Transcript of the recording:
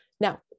Now